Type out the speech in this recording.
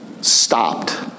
stopped